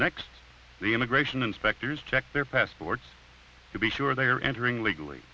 next the immigration inspectors check their passports to be sure they are entering legally